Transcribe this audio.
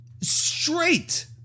straight